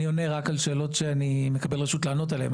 אני עונה רק על שאלות שאני מקבל רשות לענות עליהן,